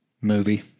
Movie